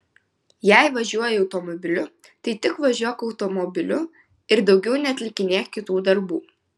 jei važiuoji automobiliu tai tik važiuok automobiliu ir daugiau neatlikinėk kitų darbų